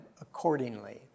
accordingly